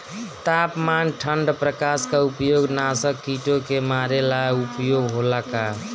तापमान ठण्ड प्रकास का उपयोग नाशक कीटो के मारे ला उपयोग होला का?